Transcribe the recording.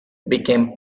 became